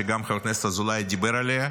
שגם חבר הכנסת אזולאי דיבר עליה,